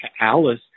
Alice